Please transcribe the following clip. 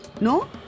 No